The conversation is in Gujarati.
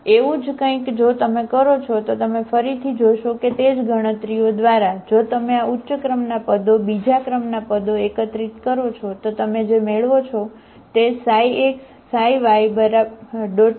એવું જ કંઈક જો તમે કરો છો તો તમે ફરીથી જોશો કે તે જ ગણતરીઓ દ્વારા જો તમે આ ઉચ્ચ ક્રમના પદો બીજા ક્રમના પદો એકત્રિત કરો છો તો તમે જે મેળવો છો તે ξx ξyuξξ ξxyxyuξηxyuηη નીચલા ક્રમના પદો છે